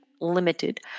Limited